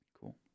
cool